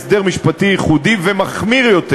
המסתננים הסדר משפטי ייחודי ומחמיר יותר,